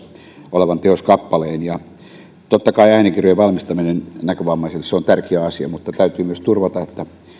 olevan teoskappaleen totta kai äänikirjojen valmistaminen näkövammaisille on tärkeä asia mutta täytyy myös turvata se